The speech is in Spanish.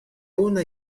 una